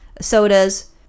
sodas